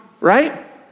right